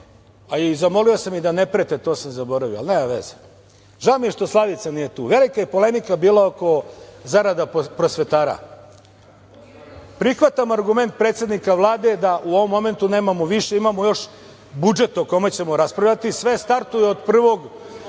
je i zamolio sam i da ne prete, kao ja, žao mi je što Slavica nije tu. Velika je polemika bila oko zarada prosvetara. Prihvatam argument predsednika Vlade da u ovom momentu nemamo više, imamo još budžet o kome ćemo raspravljati i sve startuje od 1.